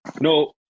No